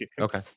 okay